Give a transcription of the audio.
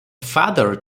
father